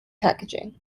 packaging